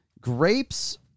grapes